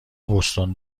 بوستون